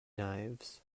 knives